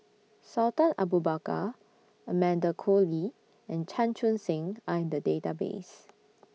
Sultan Abu Bakar Amanda Koe Lee and Chan Chun Sing Are in The Database